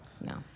No